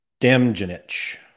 Damjanich